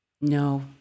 No